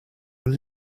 will